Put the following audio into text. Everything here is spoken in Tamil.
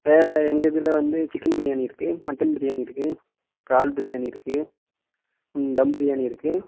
வேறு எங்கள் இதில் வந்து சிக்கன் பிரியாணி இருக்குது மட்டன் பிரியாணி இருக்குது இறால் பிரியாணி இருக்குது ம் தம் பிரியாணி இருக்குது